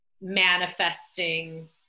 manifesting